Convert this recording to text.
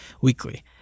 weekly